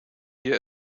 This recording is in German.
hier